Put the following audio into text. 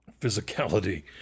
physicality